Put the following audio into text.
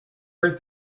hurt